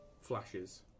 flashes